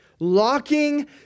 locking